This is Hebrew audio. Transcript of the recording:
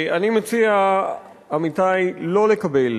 אני מציע, עמיתי, שלא לקבל